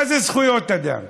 מה זה זכויות אדם?